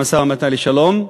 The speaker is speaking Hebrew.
המשא-ומתן לשלום,